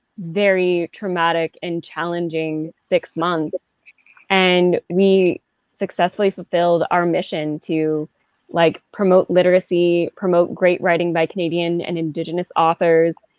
very traumatic and challenging six months and we successfully filled our mission to like promote literacy, promote great writing by can aid can and indigenous authors,